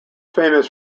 famous